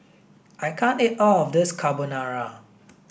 I can't eat all of this Carbonara